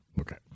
okay